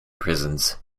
prisons